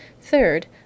Third